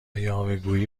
یاوهگویی